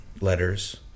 letters